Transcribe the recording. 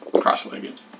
cross-legged